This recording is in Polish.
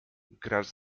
grasz